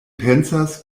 pensas